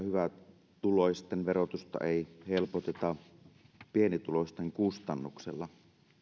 hyvätuloisten verotusta ei helpoteta pienituloisten kustannuksella